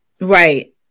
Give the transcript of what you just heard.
right